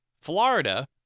Florida